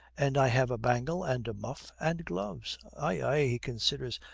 and i have a bangle, and a muff, and gloves ay, ay he considers.